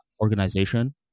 organization